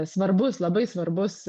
svarbus labai svarbus